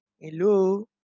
Hello